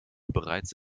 bereits